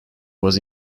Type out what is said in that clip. was